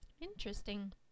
Interesting